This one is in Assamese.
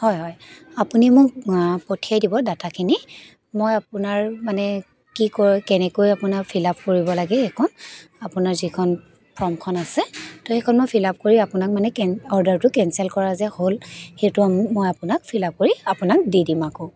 হয় আপুনি মোক পঠিয়াই দিব ডাটাখিনি মই আপোনাৰ মানে কি কৰে কেনেকৈ আপোনাৰ ফিল আপ কৰিব লাগে সেইখন আপোনাৰ যিখন ফৰ্মখন আছে তো সেইখন মই ফিল আপ কৰি আপোনাক মানে কেন্ অৰ্ডাৰটো কেঞ্চেল কৰা যে হ'ল সেইটো মই আপোনাক ফিল আপ কৰি আপোনাক দি দিম আকৌ